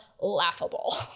laughable